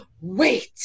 wait